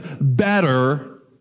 better